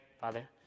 Father